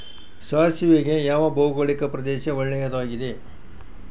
ಸಾಸಿವೆಗೆ ಯಾವ ಭೌಗೋಳಿಕ ಪ್ರದೇಶ ಒಳ್ಳೆಯದಾಗಿದೆ?